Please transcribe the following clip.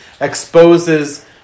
exposes